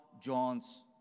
John's